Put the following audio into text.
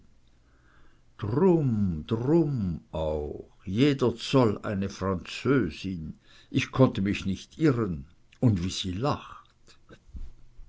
drum auch jeder zoll eine französin ich konnte mich nicht irren und wie sie lacht